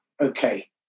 Okay